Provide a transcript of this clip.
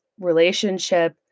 relationship